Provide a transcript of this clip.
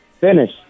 Finish